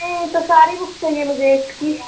नहीं तो सारी बुक चाहिए मुझे एट्थ की